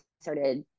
started